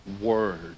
word